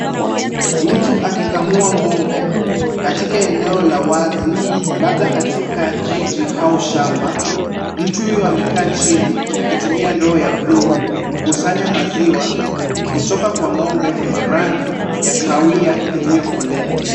Mtu akikamua ng'ombe katika eneo la wazi labda katika jiji au shamba. Mtu huyu amekaa chini akitumia ndoo ya buluu kukusanya maziwa kutoka kwa ng'ombe mwenye rangi ya kahawia iliyokolea.